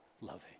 loving